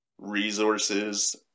resources